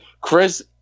chris